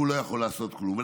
והוא לא יכול לעשות כלום.